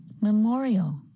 Memorial